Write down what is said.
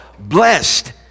Blessed